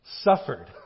suffered